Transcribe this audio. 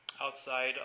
outside